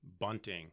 bunting